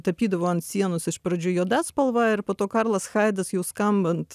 tapydavo ant sienos iš pradžių juoda spalva ir po to karlas haidas jau skambant